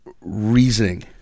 reasoning